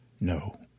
No